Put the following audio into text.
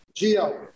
Gio